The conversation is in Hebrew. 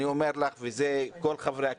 אני אומר לך וזה כל חברי הכנסת.